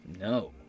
No